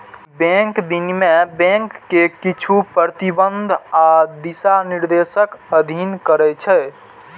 bank विनियमन bank कें किछु प्रतिबंध आ दिशानिर्देशक अधीन करै छै